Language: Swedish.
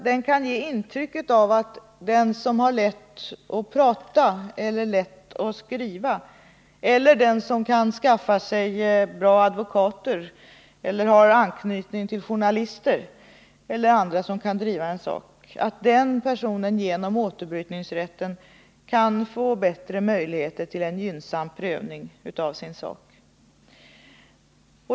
Den kan ge intryck av att den som har lätt för att tala eller lätt för att skriva eller den som kan skaffa sig bra advokater eller har anknytning till journalister eller andra som kan driva sin sak genom återbrytningsrätten kan få bättre möjligheter till en gynnsam prövning av sin sak.